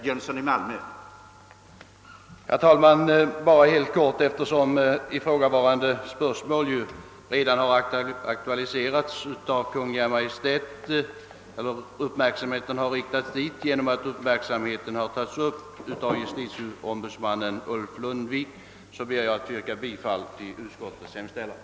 Herr talman! Eftersom Kungl. Maj:ts uppmärksamhet redan riktats på detta ärende genom att det tagits upp av justitieombudsmannen Lundvik, ber jag endast helt kort att få yrka bifall till utskottets hemställan.